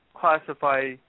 classify